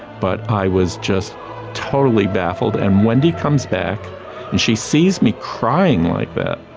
but i was just totally baffled. and wendy comes back and she sees me crying like that,